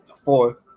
Four